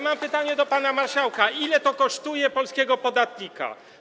Mam pytanie do pana marszałka: Ile to kosztuje polskiego podatnika?